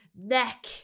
neck